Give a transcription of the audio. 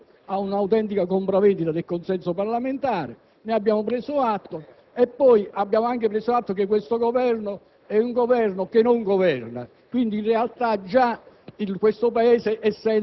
Stiamo assistendo ad un'autentica compravendita del consenso parlamentare: ne abbiamo preso atto. Abbiamo anche preso atto che questo Governo non governa: quindi, in realtà questo